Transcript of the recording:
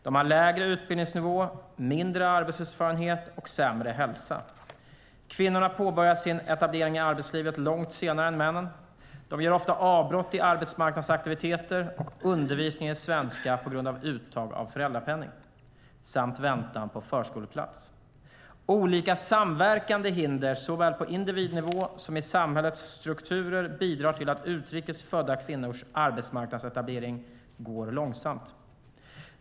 De har lägre utbildningsnivå, mindre arbetslivserfarenhet och sämre hälsa. Kvinnorna påbörjar sin etablering i arbetslivet långt senare än männen. De gör ofta avbrott i arbetsmarknadsaktiviteter och undervisningen i svenska på grund av uttag av föräldrapenning samt väntan på förskoleplats. Olika samverkande hinder, såväl på individnivå som i samhällets strukturer, bidrar till att utrikes födda kvinnors arbetsmarknadsetablering går långsamt.